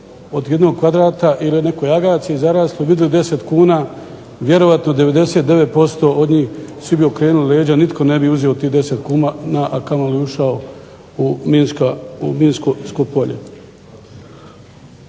od nekoliko kvadrata ili jednoj akaciji zarasloj vidjeli 10 kuna, vjerojatno 99% od njih svi bi okrenuli leđa nitko ne bi uzeo tih 10 kuna a kamoli ušao u minsko polje.